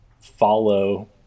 follow